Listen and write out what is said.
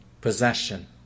possession